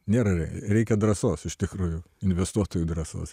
nėra reikia drąsos iš tikrųjų investuotojų drąsos